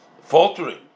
faltering